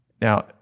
Now